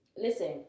listen